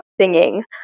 singing